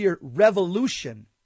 revolution